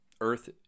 Earth